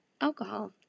alcohol